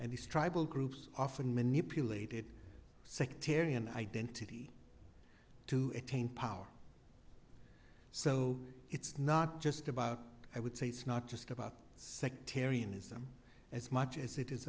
and these tribal groups often manipulated sectarian identity to attain power so it's not just about i would say it's not just about sectarianism as much as it is